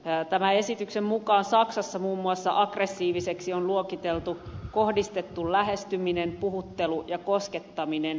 tämän esityksen mukaan muun muassa saksassa aggressiiviseksi on luokiteltu kohdistettu lähestyminen puhuttelu ja koskettaminen